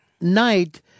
night